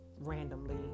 randomly